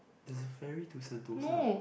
there's a ferry to sentosa